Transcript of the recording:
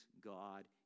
God